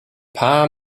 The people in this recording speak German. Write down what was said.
paar